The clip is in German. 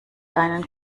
deinen